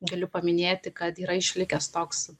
galiu paminėti kad yra išlikęs toks